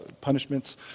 punishments